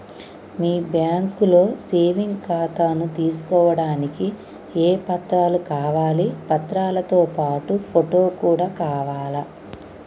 మీ బ్యాంకులో సేవింగ్ ఖాతాను తీసుకోవడానికి ఏ ఏ పత్రాలు కావాలి పత్రాలతో పాటు ఫోటో కూడా కావాలా?